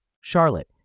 Charlotte